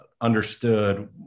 understood